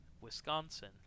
wisconsin